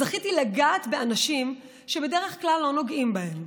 זכיתי לגעת באנשים שבדרך כלל לא נוגעים בהם,